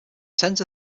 tens